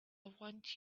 want